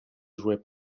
jouaient